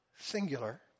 singular